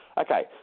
Okay